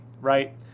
right